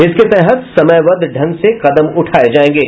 इसके तहत समयबद्ध ढंग से कदम उठाये जाएंगे